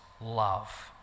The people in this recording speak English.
love